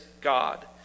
God